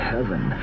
Heaven